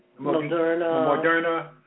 Moderna